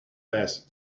bath